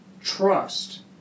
trust